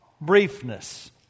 briefness